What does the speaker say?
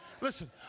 Listen